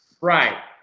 Right